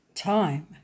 Time